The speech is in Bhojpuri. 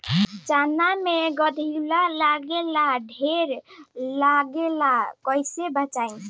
चना मै गधयीलवा लागे ला ढेर लागेला कईसे बचाई?